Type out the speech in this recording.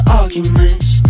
arguments